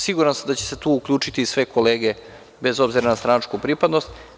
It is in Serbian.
Siguran sam da će se tu uključiti i sve kolege bez obzira na stranačku pripadnost.